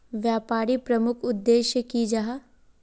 व्यापारी प्रमुख उद्देश्य की जाहा?